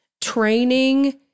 training